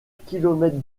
kilomètre